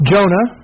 Jonah